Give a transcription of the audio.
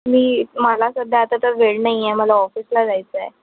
मी मला सध्या आता तर वेळ नाही आहे मला ऑफिसला जायचं आहे